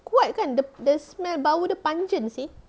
kuat kan the the smell bau dia pungent seh